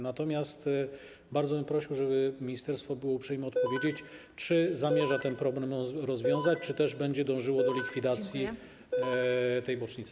Natomiast bardzo bym prosił, żeby ministerstwo było uprzejme odpowiedzieć, czy zamierza ten problem rozwiązać, czy będzie dążyło do likwidacji tej bocznicy?